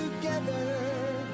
together